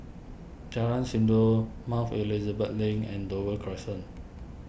Jalan Sindor Mount Elizabeth Link and Dover Crescent